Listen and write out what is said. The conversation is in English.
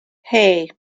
hey